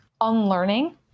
unlearning